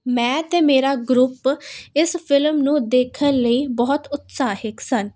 ਮੈਂ ਅਤੇ ਮੇਰਾ ਗਰੁੱਪ ਇਸ ਫਿਲਮ ਨੂੰ ਦੇਖਣ ਲਈ ਬਹੁਤ ਉਤਸਾਹਿਤ ਸਨ